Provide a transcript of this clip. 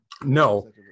no